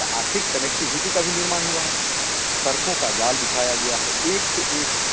तो आखिर कनेक्टिभिटी का भी निर्माण हुआ है सड़कों का जाल बिछाया गया है एक से एक